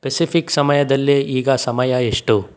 Pacific ಸಮಯದಲ್ಲಿ ಈಗ ಸಮಯ ಎಷ್ಟು